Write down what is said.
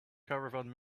caravan